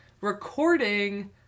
recording